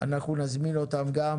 נזמין גם אותם